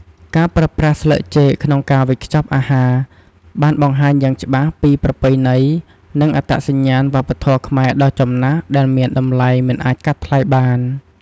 ការប្រើប្រាស់ស្លឹកចេកក្នុងការវេចខ្ចប់អាហារ បានបង្ហាញយ៉ាងច្បាស់ពី ប្រពៃណី និងអត្តសញ្ញាណវប្បធម៌ខ្មែរដ៏ចំណាស់ ដែលមានតម្លៃមិនអាចកាត់ថ្លៃបាន។